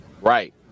right